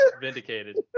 vindicated